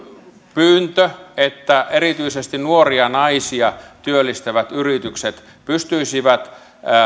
pyyntö että erityisesti nuoria naisia työllistävät yritykset pystyisivät